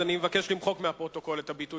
אז אני מבקש למחוק מהפרוטוקול את הביטוי